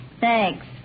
Thanks